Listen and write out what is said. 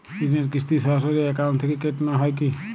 ঋণের কিস্তি সরাসরি অ্যাকাউন্ট থেকে কেটে নেওয়া হয় কি?